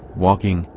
walking,